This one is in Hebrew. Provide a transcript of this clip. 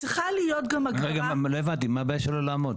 מה הבעיה שלו לעמוד?